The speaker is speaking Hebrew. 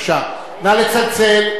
נא לצלצל.